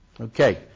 Okay